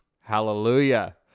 Hallelujah